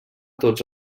tots